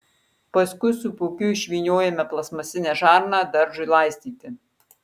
paskui su pūkiu išvyniojame plastmasinę žarną daržui laistyti